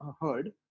heard